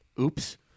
Oops